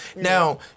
Now